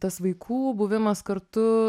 tas vaikų buvimas kartu